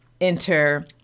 enter